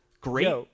great